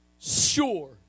sure